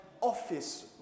office